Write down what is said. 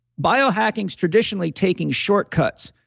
biohacking is traditionally taking shortcuts,